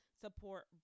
support